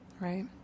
Right